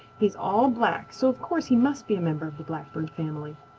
he's all black, so of course he must be a member of the blackbird family.